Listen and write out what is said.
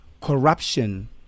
corruption